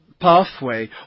pathway